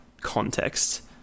context